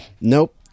Nope